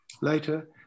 Later